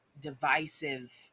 divisive